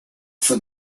for